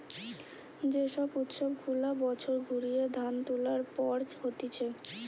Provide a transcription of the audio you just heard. যে সব উৎসব গুলা বছর ঘুরিয়ে ধান তুলার পর হতিছে